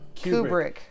Kubrick